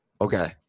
Okay